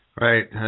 Right